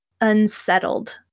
unsettled